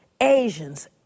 Asians